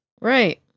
Right